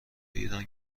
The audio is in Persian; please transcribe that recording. ایران